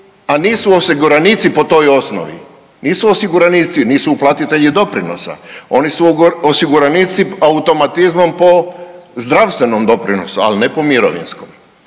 a nisu osiguranici po toj osnovi, nisu osiguranici, nisu uplatitelji doprinosa. Oni su osiguranici automatizmom po zdravstvenom doprinosu, ali ne po mirovinskom.